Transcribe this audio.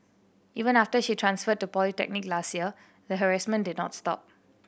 even after she transferred to polytechnic last year the harassment did not stop